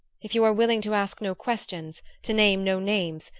if you are willing to ask no questions, to name no names,